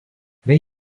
bei